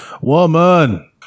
Woman